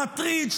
המטריד,